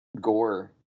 gore